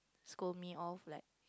scold me off like